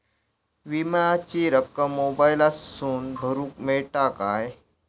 विमाची रक्कम मोबाईलातसून भरुक मेळता काय?